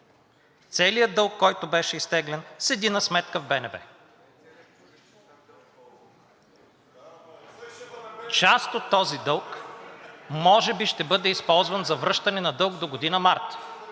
Целият дълг, който беше изтеглен, седи на сметка в БНБ. Част от този дълг може би ще бъде използван за връщане на дълг догодина март